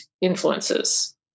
influences